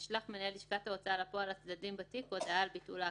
ישלח מנהל לשכת ההוצאה לפועל לצדדים בתיק הודעה על ביטול ההכרה.